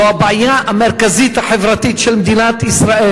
זו הבעיה החברתית המרכזית של מדינת ישראל.